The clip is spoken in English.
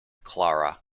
clara